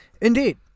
Indeed